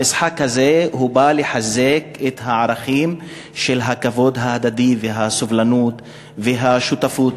המשחק הזה בא לחזק את הערכים של הכבוד ההדדי והסובלנות והשותפות.